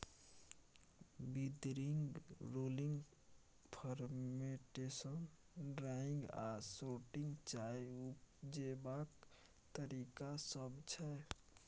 withering, rolling, fermentation, drying आ sorting चाय उपजेबाक तरीका सब छै